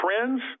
friends